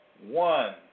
one